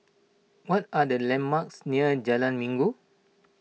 what are the landmarks near Jalan Minggu